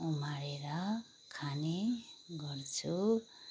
उमारेर खाने गर्छु